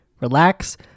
relax